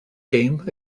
game